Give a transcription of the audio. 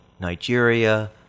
Nigeria